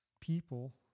people